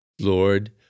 Lord